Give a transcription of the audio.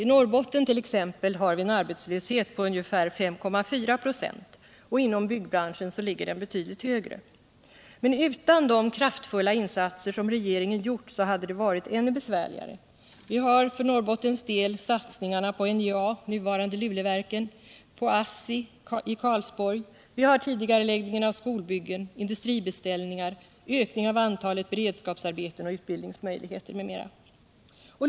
I Norrbotten t.ex. har vi en arbetslöshet på ungefär 5,4 96. Inom byggbranschen ligger den betydligt högre. Utan de kraftfulla insatser som regeringen gjort hade det varit ännu besvärligare. Vi har för Norrbottens del satsningarna på NJA, nuvarande Luleverken, på ASSI i Karlsborg, tidigareläggning av skolbyggen, industribeställningar, ökning av antalet beredskapsarbeten och utbildningsmöjligheter m.m.